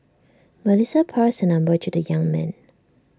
Melissa passed her number to the young man